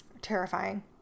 terrifying